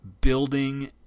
building –